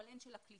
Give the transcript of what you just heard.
אבל הן של הקליטה,